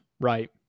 right